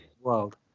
world